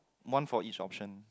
one for each option